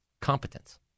competence